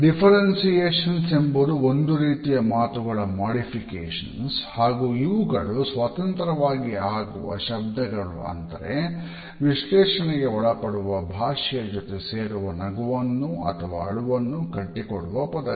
differentiations ಹಾಗು ಇವುಗಳು ಸ್ವತಂತ್ರವಾಗಿ ಆಗುವ ಶಬ್ದಗಳು ಆದರೆ ವಿಶ್ಲೇಷಣೆಗೆ ಒಳಪಡುವ ಭಾಷೆಯ ಜೊತೆ ಸೇರುವ ನಗುವನ್ನು ಅಥವಾ ಅಳುವನ್ನು ಕಟ್ಟಿ ಕೊಡುವ ಪದಗಳು